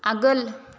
आगोल